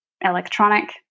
electronic